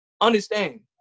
understand